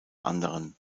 anderen